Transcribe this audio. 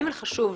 ג' חשוב לי,